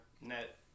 net